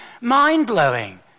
mind-blowing